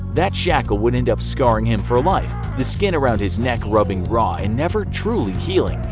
that shackle would end up scarring him for life, the skin around his neck rubbing raw and never truly healing.